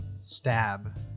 stab